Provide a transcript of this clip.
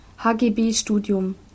HGB-Studium